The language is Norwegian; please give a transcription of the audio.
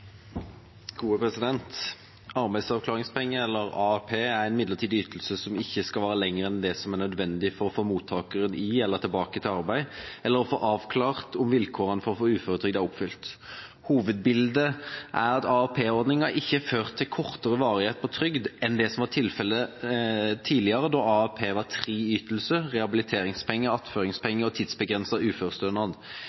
gode forbedringer av dagens ordninger. Dette er endringer for å få flere i jobb og for å sikre velferdsordningene i framtiden. Arbeidsavklaringspenger, AAP, er en midlertidig ytelse som ikke skal vare lenger enn det som er nødvendig for å få mottakeren i eller tilbake til arbeid, eller få avklart om vilkårene for å få uføretrygd er oppfylt. Hovedbildet er at AAP-ordningen ikke har ført til kortere varighet for trygd enn det som var tilfellet